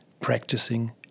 practicing